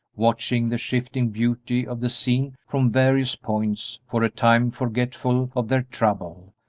watching the shifting beauty of the scene from various points, for a time forgetful of their trouble,